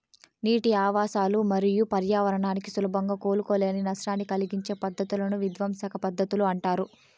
నీటి ఆవాసాలు మరియు పర్యావరణానికి సులభంగా కోలుకోలేని నష్టాన్ని కలిగించే పద్ధతులను విధ్వంసక పద్ధతులు అంటారు